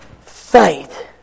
faith